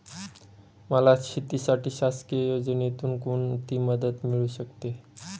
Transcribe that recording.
मला शेतीसाठी शासकीय योजनेतून कोणतीमदत मिळू शकते?